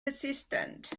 resistant